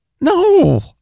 No